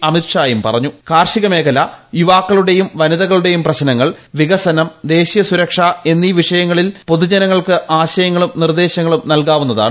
അമിത് ഷായും പറഞ്ഞു കാർഷിക മേഖല യുവാക്കളുടെയും വനിതകളുടെയും പ്രശ്നങ്ങൾ വികസനം ദേശീയ സുരക്ഷ എന്നീ വിഷയങ്ങളിൽ പൊതുജനങ്ങൾക്ക് ആശയങ്ങളും നിർദ്ദേശങ്ങളും നൽകാവുന്ന താണ്